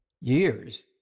years